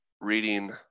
reading